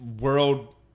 world